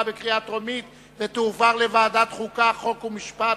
התשס"ט 2009,